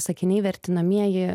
sakiniai vertinamieji